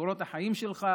בקורות החיים שלך,